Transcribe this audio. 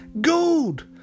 Gold